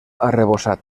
arrebossat